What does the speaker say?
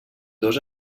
dos